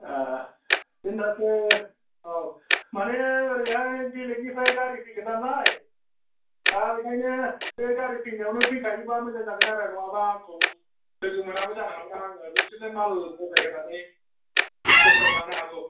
थिनथासो औ माने ओरैहाय बेलेगनिफ्राय गारि फैगोन नालाय दा बेनिखायनो बे गारि फैनायावनो फैखायोबा मोजां जागोन आरो नङाबा आंखौ लोगो मोनाबो जानो हागौना आङो बिसोरनो माल बजाय होनानै दस्रायाव थांनो हागौ